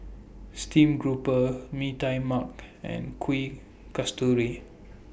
Steam Grouper Mee Tai Mak and Kuih Kasturi